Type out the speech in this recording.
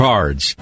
Cards